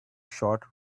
short